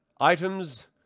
Items